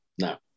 No